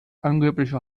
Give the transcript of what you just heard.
angebliche